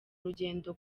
rugendo